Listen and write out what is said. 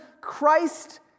Christ